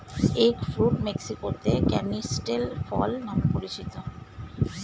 egg fruit মেক্সিকোতে canistel ফল নামে পরিচিত